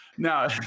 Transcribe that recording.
Now